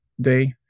day